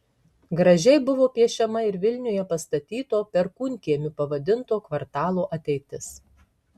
gražiai buvo piešiama ir vilniuje pastatyto perkūnkiemiu pavadinto kvartalo ateitis